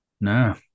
No